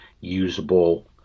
usable